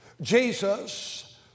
Jesus